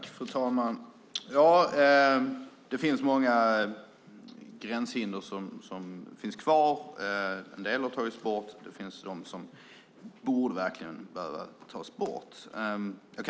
Fru talman! Det finns många gränshinder kvar. En del har tagits bort, och en del borde verkligen tas bort.